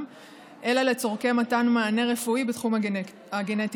אלא לצורכי מתן מענה רפואי בתחום הגנטיקה.